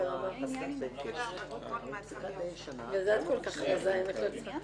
נעלם לשנה או שנתיים, לא עקר עם משפחתו,